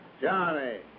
Johnny